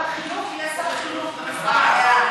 במשרה מלאה.